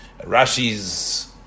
Rashi's